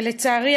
ולצערי,